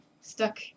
stuck